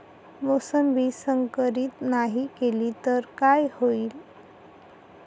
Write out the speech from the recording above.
मोसंबी संकरित नाही केली तर काय होईल?